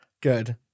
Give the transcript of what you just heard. good